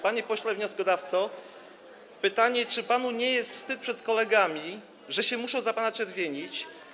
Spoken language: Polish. Panie pośle wnioskodawco, czy panu nie jest wstyd przed kolegami, że się muszą za pana czerwienić?